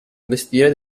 investire